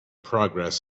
progress